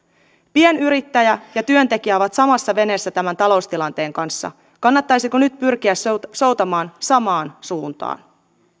pienyrittäjä ja työntekijä ovat samassa veneessä tämän taloustilanteen kanssa kannattaisiko nyt pyrkiä soutamaan soutamaan samaan suuntaan